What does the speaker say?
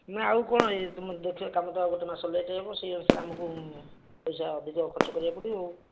ନା ଆଉ କ'ଣ ଏହି ତୁମ ଦେଖିବା କାମ ତ ଗୋଟେ ମାସ ଲେଟ୍ ହେବ ସେହି ଅନୁସାରେ ଆମକୁ ପଇସା ଅଧିକ ଖର୍ଚ୍ଚ କରିବାକୁ ପଡ଼ିବ